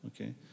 Okay